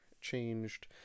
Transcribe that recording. changed